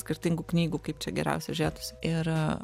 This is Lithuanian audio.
skirtingų knygų kaip čia geriausiai žiūrėtųsi ir